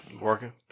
working